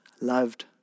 loved